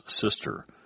sister